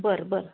बरं बरं